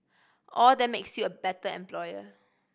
all that makes you a better employer